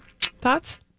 thoughts